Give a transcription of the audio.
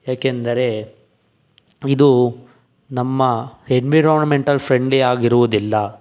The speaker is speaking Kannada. ಯಾಕೆಂದರೆ ಇದು ನಮ್ಮ ಎನ್ವಿರಾನ್ಮೆಂಟಲ್ ಫ್ರೆಂಡ್ಲಿ ಆಗಿರುವುದಿಲ್ಲ